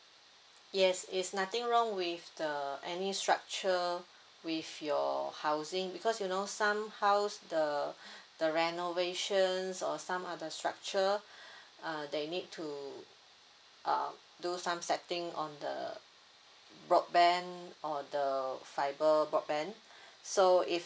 yes it's nothing wrong with the any structure with your housing because you know some house the the renovations or some of the structure uh they need to um do some setting on the broadband or the fiber broadband so if